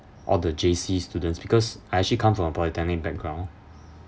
all the J_C students because I actually come from a polytechnic background